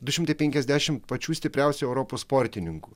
du šimtai penkiasdešimt pačių stipriausių europos sportininkų